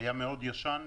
היה מאוד ישן,